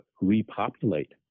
repopulate